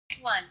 One